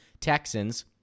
Texans